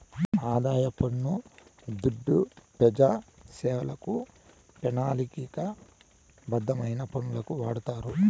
ఆదాయ పన్ను దుడ్డు పెజాసేవలకు, పెనాలిక బద్ధమైన పనులకు వాడతారు